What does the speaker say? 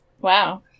Wow